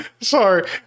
Sorry